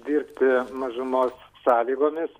dirbti mažumos sąlygomis